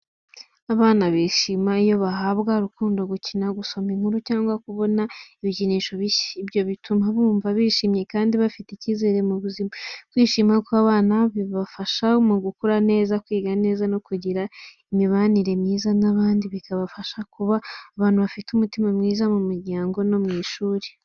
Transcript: Abana bishima iyo bahabwa urukundo, gukina, gusoma inkuru cyangwa kubona ibikinisho bishya. Ibyo bituma bumva bishimye, kandi bafite icyizere mu buzima. Kwishima kw’abana bifasha mu gukura neza, kwiga neza no kugira imibanire myiza n’abandi, bikabafasha kuba abantu bafite umutima mwiza mu muryango no mu ishuri.